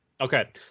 Okay